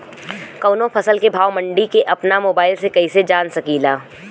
कवनो फसल के भाव मंडी के अपना मोबाइल से कइसे जान सकीला?